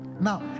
Now